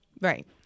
Right